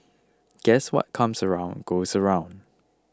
guess what comes around goes around